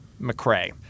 McRae